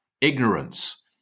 ignorance